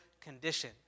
condition